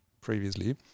previously